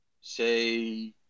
say